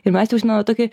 ir mes jau žinojau tokį